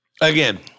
Again